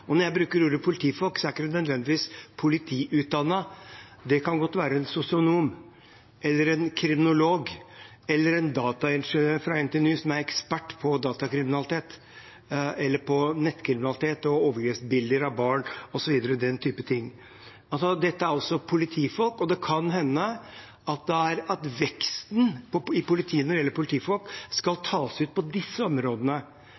Når jeg bruker ordet «politifolk», er det ikke nødvendigvis snakk om politiutdannede. Det kan godt være en sosionom, en kriminolog eller en dataingeniør fra NTNU som er ekspert på datakriminalitet eller nettkriminalitet og overgrepsbilder av barn, osv. Dette er også politifolk, og det kan hende veksten i politiet når det gjelder politifolk, skal tas ut på disse områdene,